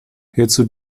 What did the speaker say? hierzu